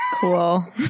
Cool